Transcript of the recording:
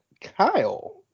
Kyle